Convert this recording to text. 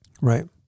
Right